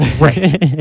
Right